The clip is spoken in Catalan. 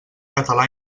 català